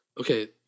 Okay